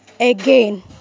again